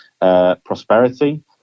prosperity